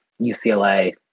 UCLA